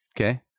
Okay